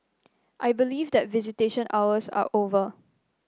I believe that visitation hours are over